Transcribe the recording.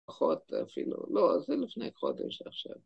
‫פחות אפילו. ‫לא, זה לפני חודש עכשיו.